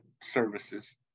services